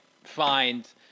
find